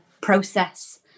process